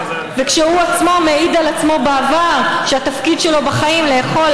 וכשהוא עצמו העיד על עצמו בעבר שהתפקיד שלו בחיים הוא לאכול,